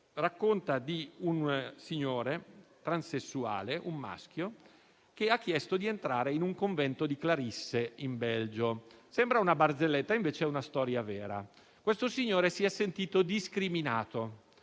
racconta di un signore transessuale, un maschio, che ha chiesto di entrare in un convento di clarisse in Belgio. Sembra una barzelletta, invece è una storia vera. Questo signore si è sentito discriminato